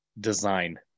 design